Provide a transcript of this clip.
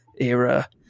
era